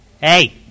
Hey